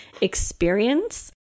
experience